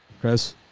Chris